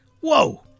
Whoa